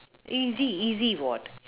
easy easy what